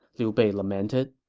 liu bei lamented.